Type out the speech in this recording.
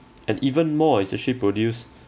and even more is actually produced